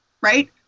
right